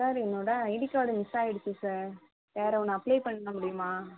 sir என்னோடய ID card miss ஆகிடுச்சி sir வேறு ஒன்று அப்ளை பண்ண முடியுமா